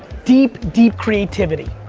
deep, deep, creativity.